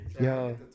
yo